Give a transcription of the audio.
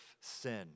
sin